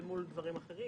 אל מול דברים אחרים.